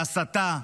בהסתה,